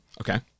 Okay